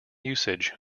usage